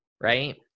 right